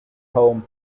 home